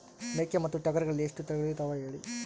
ಮೇಕೆ ಮತ್ತು ಟಗರುಗಳಲ್ಲಿ ಎಷ್ಟು ತಳಿಗಳು ಇದಾವ ಹೇಳಿ?